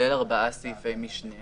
שכולל ארבעה סעיפי משנה